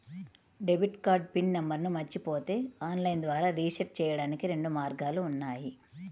debit card PIN నంబర్ను మరచిపోతే online ద్వారా రీసెట్ చెయ్యడానికి రెండు మార్గాలు ఉన్నాయి